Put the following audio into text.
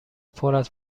پراز